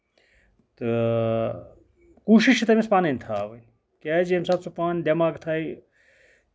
تہٕ کوٗشِش چھِ تٔمِس پَنٕنۍ تھاوٕنۍ کیازِ ییٚمہِ ساتہٕ سُہ دٮ۪ماغ تھاوِ